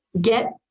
get